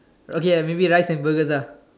okay lah maybe rice and burgers lah